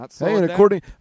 According